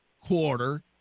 quarter